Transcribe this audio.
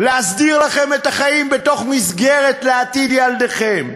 להסדיר לכם את החיים בתוך מסגרת לעתיד ילדיכם.